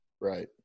Right